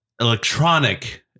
electronic